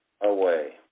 away